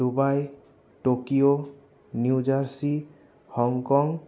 Dubai Tokyo New Jersey Hong Kong